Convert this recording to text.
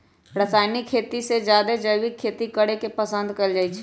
रासायनिक खेती से जादे जैविक खेती करे के पसंद कएल जाई छई